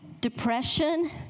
depression